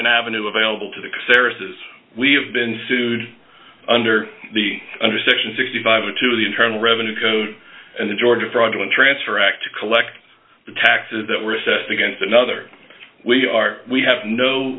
an avenue available to the sara says we have been sued under the under section sixty five or two of the internal revenue code and the georgia fraudulent transfer act to collect the taxes that were assessed against another we are we have no